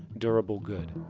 durable good.